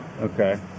Okay